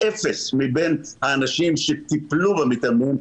אפס מבין האנשים שטיפלו במתאמנים,